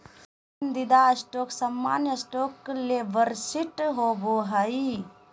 पसंदीदा स्टॉक सामान्य स्टॉक ले वरिष्ठ होबो हइ